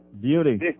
Beauty